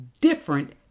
different